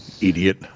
idiot